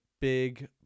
big